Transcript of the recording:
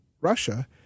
Russia